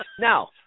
Now